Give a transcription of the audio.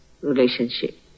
relationship